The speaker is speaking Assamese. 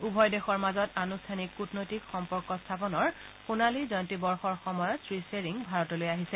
উভয় দেশৰ মাজত আনুষ্ঠানিক কূটনৈতিক সম্পৰ্ক স্থাপনৰ সোণালী জয়ন্তী বৰ্ষৰ সময়ত শ্ৰীখেৰিং ভাৰতলৈ আহিছে